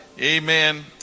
amen